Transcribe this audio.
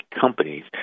companies